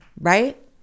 right